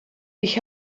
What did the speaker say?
ich